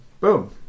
boom